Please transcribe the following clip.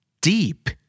Deep